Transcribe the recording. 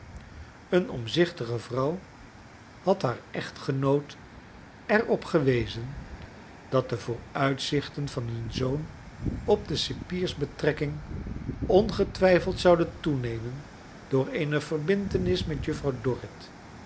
een omkleine dorrit zichtige vrouw had haar echtgenoot er op gewezen dat de vooruitzichten van hun zoon op de cipiersbetrekking ongetwijfeld zouden toenemen door eene verbintenis met juffrouw dorrit